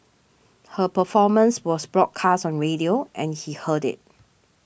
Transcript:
her performance was broadcast on radio and he heard it